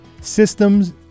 systems